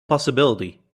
possibility